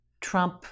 Trump